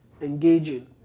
engaging